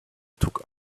took